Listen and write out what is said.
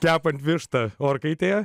kepant vištą orkaitėje